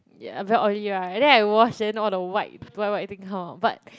yeah very oily right and then I wash then all the white white white thing come out but